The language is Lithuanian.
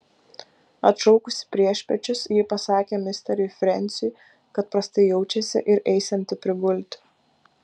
atšaukusi priešpiečius ji pasakė misteriui frensiui kad prastai jaučiasi ir eisianti prigulti